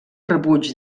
rebuig